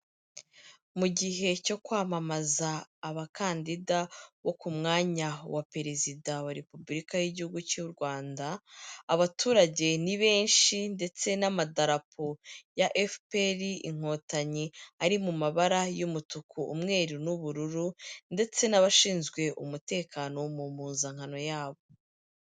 Mu gihe cyo kwamamaza abakandida bo ku mwanya wa Perezida wa Repubulika y'Igihugu cy'u Rwanda, abaturage ni benshi ndetse n'amadarapo ya FPR Inkotanyi ari mu mabara y'umutuku, umweru n'ubururu ndetse n'abashinzwe umutekano mu mpuzankano yabo.